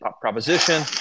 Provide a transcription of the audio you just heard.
proposition